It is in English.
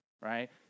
right